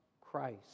Christ